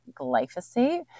glyphosate